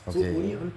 okay